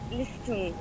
listen